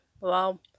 Wow